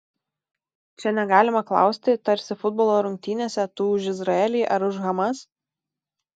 čia negalima klausti tarsi futbolo rungtynėse tu už izraelį ar už hamas